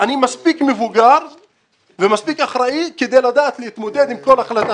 אני מספיק מבוגר ומספיק אחראי כדי לדעת להתמודד עם כל החלטה